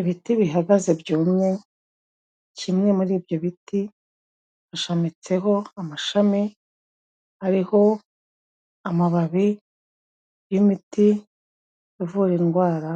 Ibiti bihagaze byumye, kimwe muri ibyo biti gishamitseho amashami, ariho amababi y'imiti ivura indwara